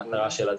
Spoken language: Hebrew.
קנאביס,